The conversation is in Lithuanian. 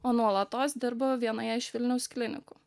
o nuolatos dirbu vienoje iš vilniaus klinikų